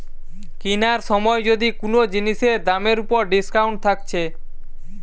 কিনার সময় যদি কুনো জিনিসের দামের উপর ডিসকাউন্ট থাকছে